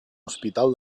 hospital